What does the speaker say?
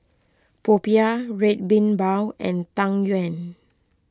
Popiah Red Bean Bao and Tang Yuen